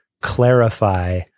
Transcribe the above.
clarify